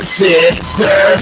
sister